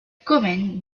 comnène